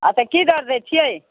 अच्छा की दर दै छिए